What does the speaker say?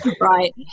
Right